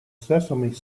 sesame